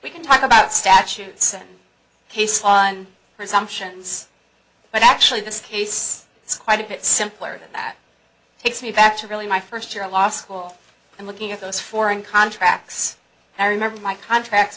we can talk about statutes and case law on presumptions but actually this case it's quite a bit simpler than that takes me back to really my first year of law school and looking at those foreign contracts i remember my contracts